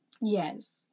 Yes